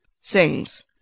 Sings